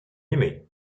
aimé